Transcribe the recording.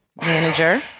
manager